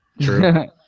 true